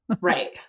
Right